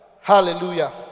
Hallelujah